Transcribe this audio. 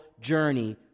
journey